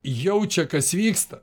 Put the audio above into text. jaučia kas vyksta